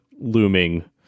looming